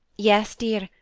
yes, dear,